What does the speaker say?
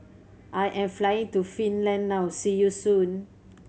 I am flying to Finland now see you soon